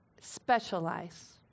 specialize